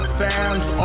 fans